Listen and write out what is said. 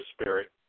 Spirit